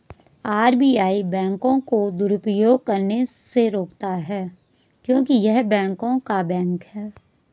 RBI बैंकों को दुरुपयोग करने से रोकता हैं क्योंकि य़ह बैंकों का बैंक हैं